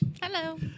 Hello